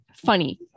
Funny